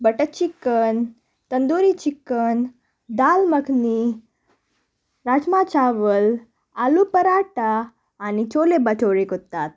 butter chicken tandoori chicken dal makhani rajma chawal aloo paratha आनी चोले बटुरे करतात